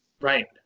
right